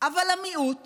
אבל המיעוט